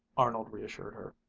arnold reassured her.